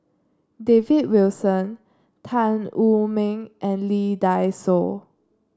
David Wilson Tan Wu Meng and Lee Dai Soh